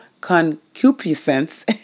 concupiscence